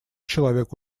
человек